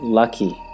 lucky